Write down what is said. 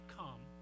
come